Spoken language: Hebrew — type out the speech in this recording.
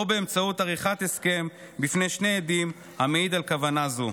או באמצעות עריכת הסכם בפני שני עדים המעיד על כוונה זו.